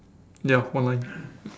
ya one line